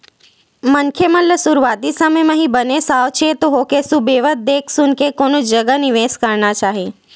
मनखे मन ल सुरुवाती समे म ही बने साव चेत होके सुबेवत देख सुनके कोनो जगा निवेस करना चाही